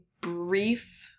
brief